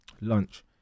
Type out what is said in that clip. lunch